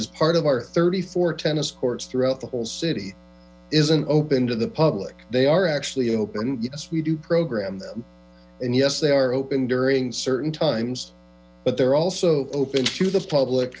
is part of our thirty four tennis courts throughout the whole city isn't open to the public they are actually open yes we do program them and yes they are open during certain times but they're also open to the public